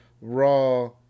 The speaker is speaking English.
Raw